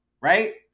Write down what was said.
right